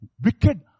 Wicked